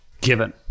given